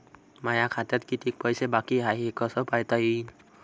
माया खात्यात कितीक पैसे बाकी हाय हे कस पायता येईन?